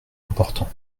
important